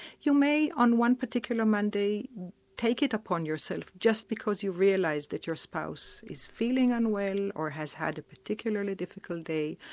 you may on one particular monday take it upon yourself, just because you realise that your spouse is feeling unwell, or has had a particularly difficult day,